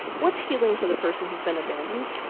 what's healing for the person who's been abandoned?